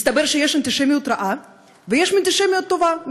מסתבר שיש אנטישמיות רעה ויש אנטישמיות טובה,